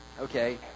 Okay